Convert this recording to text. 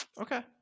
Okay